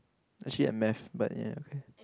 actually ya math but ya